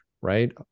right